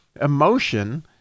emotion